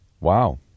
Wow